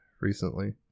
recently